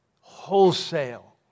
wholesale